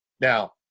Now